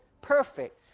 perfect